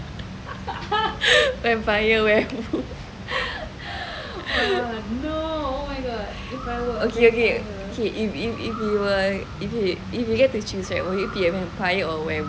vampire werewolf okay okay if you if you err if you if you get to choose right will you be vampire or werewolf